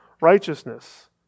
righteousness